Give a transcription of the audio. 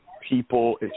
people